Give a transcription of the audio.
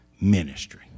ministry